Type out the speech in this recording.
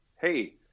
hey